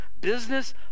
business